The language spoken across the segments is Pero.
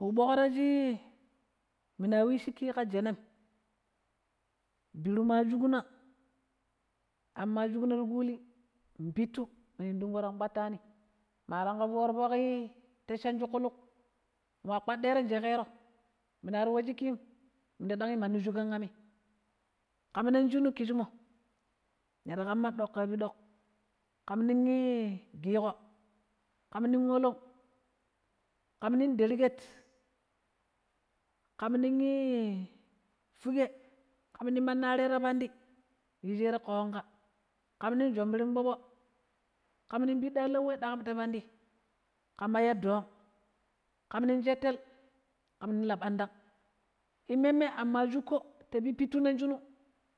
wo ɓoƙra shi minu wicchiƙƙi ƙa jenem, biruuma shuƙna amm ma shuƙna ti ƙwilii, pittu minun ndungo tang kpattani, ma tanƙo tangii peran foƙ shuƙƙuluƙ nwa kpaɗɗero njeƙero mira ii wa shiƙƙim, minda ɗangh mandi shuƙan ammii, ƙam nong shinu ƙisshimmo, mu shinu ƙoƙƙoshu ɗok ƙamnii giƙho, ƙamni olog, ƙamni derƙhet, ƙamni i fuƙegh, ƙamni mandi arai ta pandi yishero ƙa uunƙa, ƙamni jemperompero ƙamni piɗɗi alau we pang ta pandii ƙamma ya dongh ƙamni shettel, ƙamni laɓandang, ummimme aam ma shʊƙkota pippitu nog shinu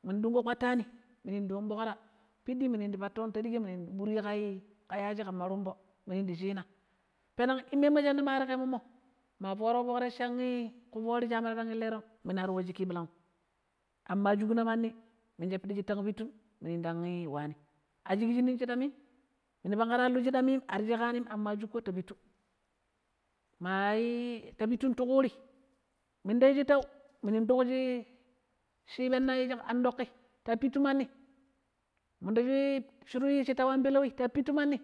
minu ndunklina kpattani minu ndiiyun blukra piɗɗi minu ndii ɓiru ɗoi ƙa yashiƙamma rumboo minu ndii chinaa, penengshi ummummo shinna mareƙemammo ma foona ku shira tecchan ku foori mira iiwa shiƙƙi ɓirangm, aaam ma shuƙna mandi minje piɗi shitang pittun minu ndang wwani a shiƙshi nog chiɗamim minu peneg aluu chiɗamim aam ma shuƙƙo ta pittu, maii ta pittun ti ƙuriimin ta yushittau minu tuƙƙu minje an ɗokƙii ta pittu mandi, minda shuru shittau anii peleuwi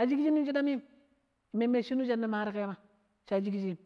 ari muranim mommo shinu shinns mariƙe ma sha shiƙshim.